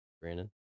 Brandon